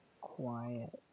Quiet